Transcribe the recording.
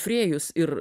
frėjus ir